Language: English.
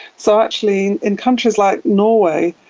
so actually in countries like norway,